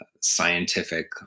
scientific